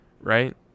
right